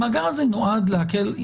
המאגר הזה נועד להקל.